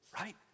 right